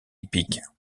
hippiques